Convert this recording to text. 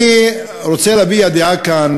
אני רוצה להביע כאן